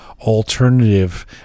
alternative